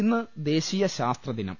ഇന്ന് ദേശീയ ശാസ്ത്രദിനം